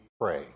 pray